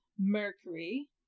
mercury